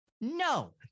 no